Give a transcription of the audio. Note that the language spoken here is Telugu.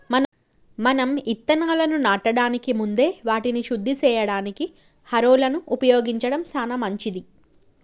మనం ఇత్తనాలను నాటడానికి ముందే వాటిని శుద్ది సేయడానికి హారొలను ఉపయోగించడం సాన మంచిది